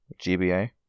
GBA